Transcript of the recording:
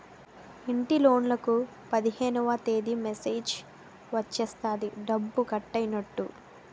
ఇంటిలోన్లకు పదిహేనవ తేదీ మెసేజ్ వచ్చేస్తది డబ్బు కట్టైనట్టు